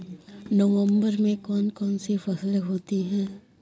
नवंबर में कौन कौन सी फसलें होती हैं?